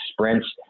sprints